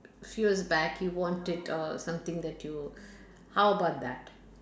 few years back you wanted uh something that you how about that